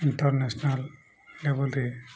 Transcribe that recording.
international ଲେବୁଲ୍ରେ